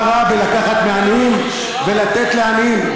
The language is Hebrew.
מה רע בלקחת מעניים ולתת לעניים?